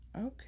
okay